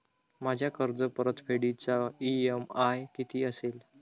माझ्या कर्जपरतफेडीचा इ.एम.आय किती असेल?